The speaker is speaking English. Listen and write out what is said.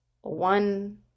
one